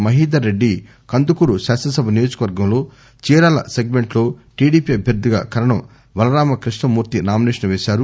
మహీధర్రెడ్డి కందుకూరు శాసనసభ నియోజకవర్గంలో చీరాల సెగ్మెంట్ లో టిడిపి అభ్యర్ధిగా కరణం బలరామకృష్ణమూర్తి నామినేషన్ పేసారు